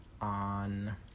on